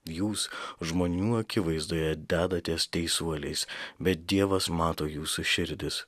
jūs žmonių akivaizdoje dedatės teisuoliais bet dievas mato jūsų širdis